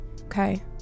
okay